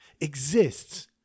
exists